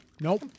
Nope